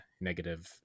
negative